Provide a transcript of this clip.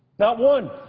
not one.